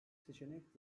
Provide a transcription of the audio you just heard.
seçenek